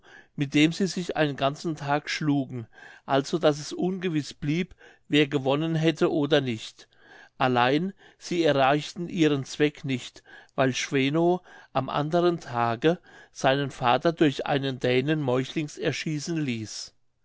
mit dem sie sich einen ganzen tag schlugen also daß es ungewiß blieb wer gewonnen hätte oder nicht allein sie erreichten ihren zweck nicht weil schweno am anderen tage seinen vater durch einen dänen meuchlings erschießen ließ